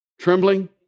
trembling